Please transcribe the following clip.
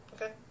Okay